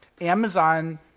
Amazon